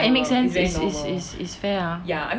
ya it makes sense is is is fair ah